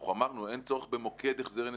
אנחנו אמרנו, אין צורך במוקד החזרי נסיעות.